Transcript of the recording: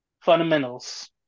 fundamentals